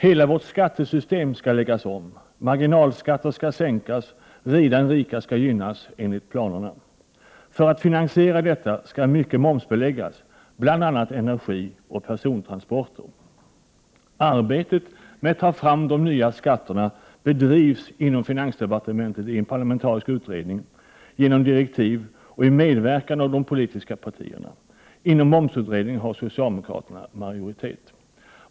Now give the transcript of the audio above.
Hela vårt skattesystem skall läggas om. Marginalskatterna skall sänkas, de rika skall gynnas enligt planerna. För att finansiera detta skall mycket momsbeläggas, bl.a. energi och persontransporter. Arbetet med att ta fram dessa nya skatter bedrivs inom finansdepartementet i en parlamentarisk utredning genom direktiv och med medverkan av de politiska partierna. Inom momsutredningen har socialdemokraterna majoritet.